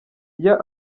iyo